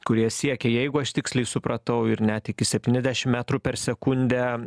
kurie siekia jeigu aš tiksliai supratau ir net iki septyniasdešim metrų per sekundę